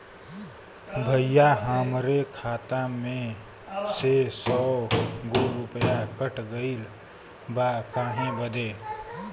भईया हमरे खाता मे से सौ गो रूपया कट गइल बा काहे बदे?